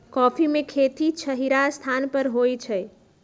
coffee में खेती छहिरा स्थान पर होइ छइ